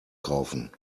kaufen